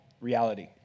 reality